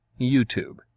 YouTube